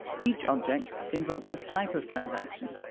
each object invokes a type of transaction,